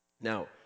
Now